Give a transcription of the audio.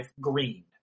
green